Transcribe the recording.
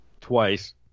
Twice